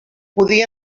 podia